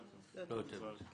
לא יותר מזה.